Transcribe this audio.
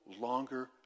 longer